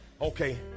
Okay